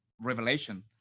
Revelation